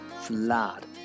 flood